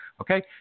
Okay